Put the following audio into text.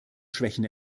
schwächen